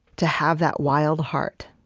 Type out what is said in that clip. to have that wild heart